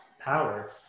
power